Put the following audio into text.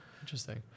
interesting